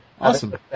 Awesome